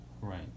right